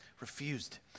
refused